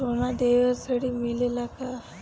सोना देके ऋण मिलेला का?